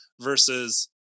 versus